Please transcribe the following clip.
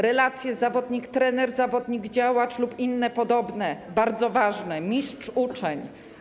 Relacje zawodnik - trener, zawodnik - działacz lub inne podobne, bardzo ważne, mistrz - uczeń.